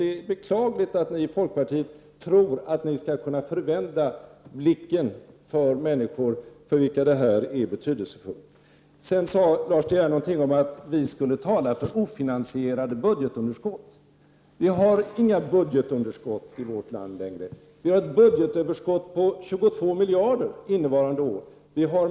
Det är beklagligt att ni i folkpartiet tror att ni skall kunna förvända synen på människor för vilka detta är betydelsefullt. Lars De Geer sade också något om att moderaterna skulle tala för ofinansierade budgetunderskott. Vi har inte längre några budgetunderskott i vårt land. Vi har ett budgetöverskott på 22 miljarder innevarande år.